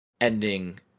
ending